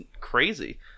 crazy